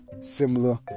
similar